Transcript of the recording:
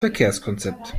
verkehrskonzept